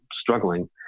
struggling